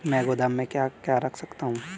मैं गोदाम में क्या क्या रख सकता हूँ?